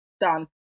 done